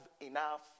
enough